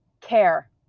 care